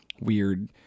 weird